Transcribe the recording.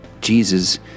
jesus